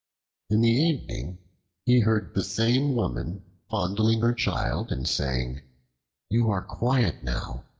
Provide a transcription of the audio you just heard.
in the evening he heard the same woman fondling her child and saying you are quiet now,